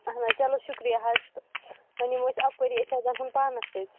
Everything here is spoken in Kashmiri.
اَہَن حظ چلو شُکریہ حظ تہٕ وَنہِ یِمو أسۍ اَپٲری أسۍ حظ اَنہٕ ہوٚن پانَس سۭتۍ